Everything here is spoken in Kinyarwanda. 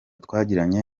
twagiranye